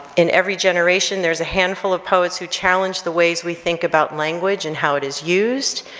in every generation there's a handful of poets who challenge the ways we think about language and how it is used.